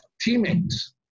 teammates